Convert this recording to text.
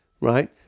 right